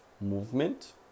movement